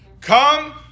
Come